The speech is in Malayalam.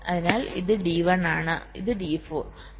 അതിനാൽ ഇത് D1 ആണ് ഇത് D4